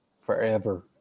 forever